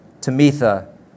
Tamitha